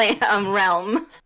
realm